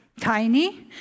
tiny